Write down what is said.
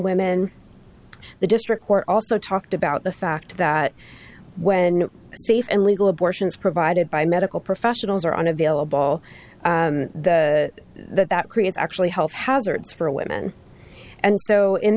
women the district court also talked about the fact that when safe and legal abortions provided by medical professionals are unavailable that that creates actually health hazards for women and so in